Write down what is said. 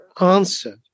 answer